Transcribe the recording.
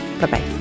Bye-bye